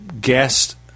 guest